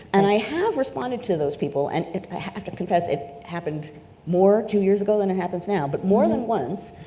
and i have responded to those people, and i have to confess, it happened more two years ago than it happens now, but more than once,